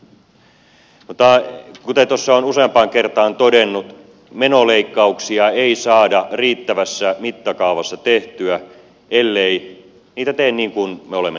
kuten tuossa olen useampaan kertaan todennut menoleikkauksia ei saada riittävässä mittakaavassa tehtyä ellei niitä tee niin kuin me olemme nyt tehneet